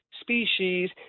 species